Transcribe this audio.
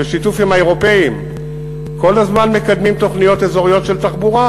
בשיתוף עם האירופים כל הזמן מקדמים תוכניות אזוריות של תחבורה,